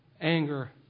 anger